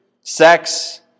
sex